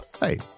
Hey